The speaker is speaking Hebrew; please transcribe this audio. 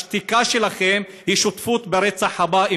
השתיקה שלכם היא שותפות ברצח הבא,